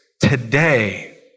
today